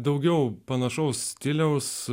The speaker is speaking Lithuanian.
daugiau panašaus stiliaus